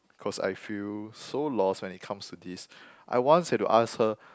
cause I feel so lost when it comes to this I once had to ask her